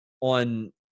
on